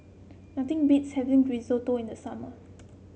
nothing beats having Risotto in the summer